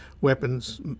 weapons